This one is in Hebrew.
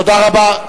תודה רבה.